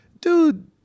dude